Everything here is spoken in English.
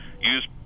use